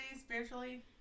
spiritually